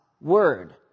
word